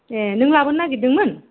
ए नों लाबोनो नागिरदोंमोन